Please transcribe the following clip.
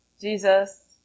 Jesus